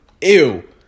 ew